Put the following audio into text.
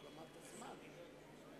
עבר זמני?